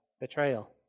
betrayal